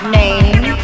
name